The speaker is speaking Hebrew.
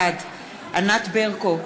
בעד ענת ברקו,